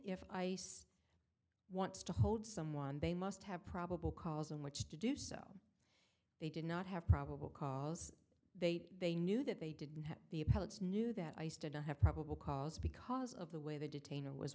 if ice wants to hold someone they must have probable cause in which to do so they did not have probable cause they they knew that they didn't have the appellant's knew that ice didn't have probable cause because of the way they detain a was